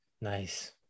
Nice